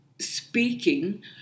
speaking